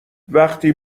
وقتی